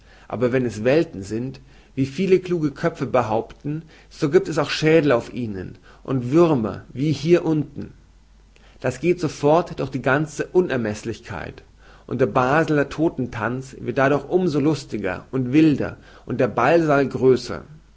aber wenn es welten sind wie viele kluge köpfe behaupten so giebt es auch schädel auf ihnen und würmer wie hier unten das geht so fort durch die ganze unermeßlichkeit und der baseler todtentanz wird dadurch nur um so lustiger und wilder und der ballsaal größer